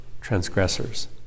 transgressors